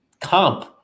comp